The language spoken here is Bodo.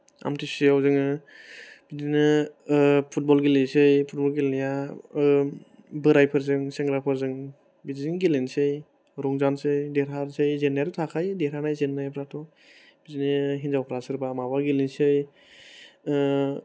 आमथिसुवायाव जोङो बिदिनो फुतबल गेलेनोसै फुतबल गेलेनाया बोरायफोरजों सेंग्राफोरजों बिदिजों गेलेनोसै रंजानोसै देरहानोसै जेन्नाया थाखायो देरहानाय जेन्नायफ्राथ' बिदिनो हिनजावफ्रा सोरबा माबा गेलेनोसै